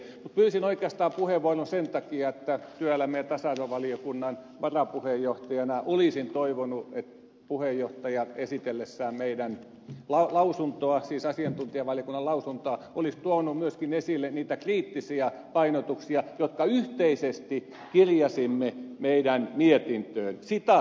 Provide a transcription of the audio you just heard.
pyysin oikeastaan puheenvuoron sen takia että työelämä ja tasa arvovaliokunnan varapuheenjohtajana olisin toivonut että puheenjohtaja esitellessään asiantuntijavaliokunnan lausuntoa olisi tuonut myöskin esille niitä kriittisiä painotuksia jotka yhteisesti kirjasimme lausuntoomme